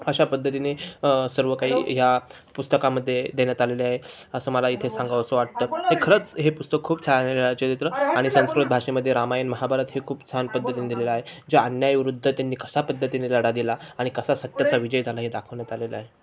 अशा पद्धतीने सर्व काही ह्या पुस्तकामध्ये देण्यात आलेले आहे असं मला इथे सांगावं असं वाटतं ते खरंच हे पुस्तक खूप छान आहे लीळाचरित्र आणि संस्कृत भाषेमध्ये रामायण महाभारत हे खूप छान पद्धतीने दिलेलं आहे ज्या अन्यायाविरुद्ध त्यांनी कसा पद्धतीने लढा दिला आणि कसा सत्याचा विजय झाला हे दाखवण्यात आलेलं आहे